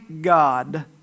God